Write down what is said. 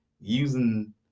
using